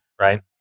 Right